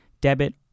debit